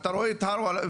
אתה רואה את הר גילה,